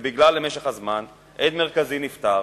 ובגלל משך הזמן, עד מרכזי נפטר